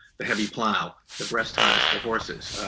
the heavy plow, the breast harness for horses,